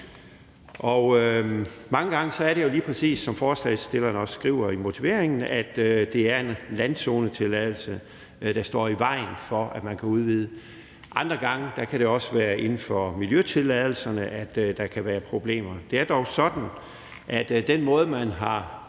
Mange gange er det jo lige præcis, som forslagsstillerne også skriver i motiveringen, at det er en landzonetilladelse, der står i vejen for, at man kan udvide. Andre gange kan det være inden for miljøtilladelserne, at der kan være problemer. Den måde, man har